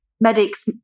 medics